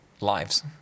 lives